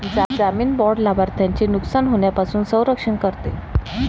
जामीन बाँड लाभार्थ्याचे नुकसान होण्यापासून संरक्षण करते